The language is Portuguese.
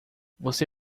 você